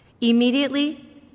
Immediately